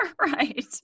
right